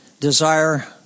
Desire